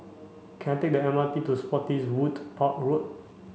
can I take the M R T to Spottiswoode Park Road